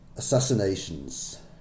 assassinations